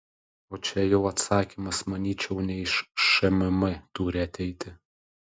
o čia jau atsakymas manyčiau ne iš šmm turi ateiti